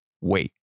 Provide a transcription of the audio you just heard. Wait